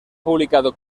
publicado